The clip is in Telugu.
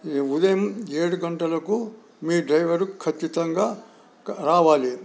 ఉదయం ఏడు గంటలకు మీ డ్రైవర్ కచ్చితంగా రావాలి